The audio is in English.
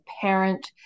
parent